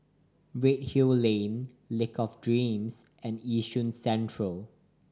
Redhill Lane Lake of Dreams and Yishun Central